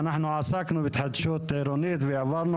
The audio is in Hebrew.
אנחנו עסקנו בהתחדשות עירונית והערבנו